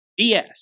BS